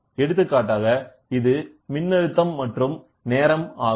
எடுத்துக்காட்டாக இது மின்னழுத்தம் மற்றும் நேரம் ஆகும்